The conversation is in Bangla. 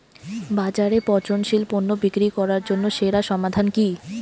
বাজারে পচনশীল পণ্য বিক্রি করার জন্য সেরা সমাধান কি?